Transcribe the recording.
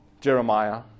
Jeremiah